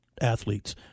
athletes